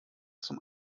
zum